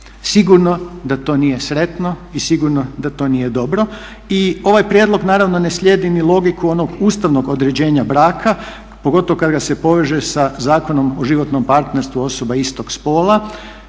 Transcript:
Sigurno da to nije sretno i sigurno da to nije dobro. I ovaj prijedlog naravno ne slijedi ni logiku onog ustavnog određenja braka pogotovo kad ga se poveže sa Zakonom o životnom partnerstvu osoba istog spola